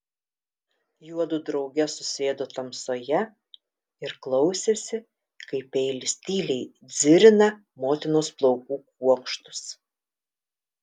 juodu drauge susėdo tamsoje ir klausėsi kaip peilis tyliai dzirina motinos plaukų kuokštus